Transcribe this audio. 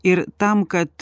ir tam kad